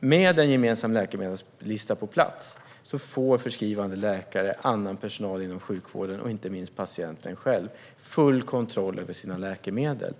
Med en gemensam läkemedelslista på plats får förskrivande läkare, annan personal inom sjukvården och inte minst patienten själv full kontroll över sina läkemedel.